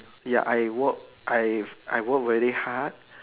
ya I work I've I work very hard